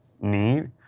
need